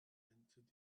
entered